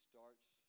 starts